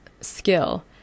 skill